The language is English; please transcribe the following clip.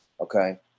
okay